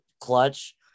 clutch